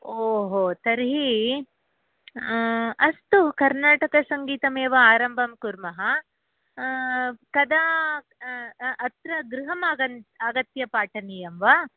ओहो तर्हि अस्तु कर्नाटकसङ्गीतमेव आरम्भं कुर्मः कदा अत्र गृहम् आगन्तव्यम् आगत्य पाठनीयं वा